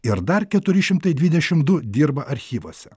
ir dar keturi šimtai dvidešim du dirba archyvuose